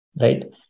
right